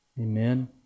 Amen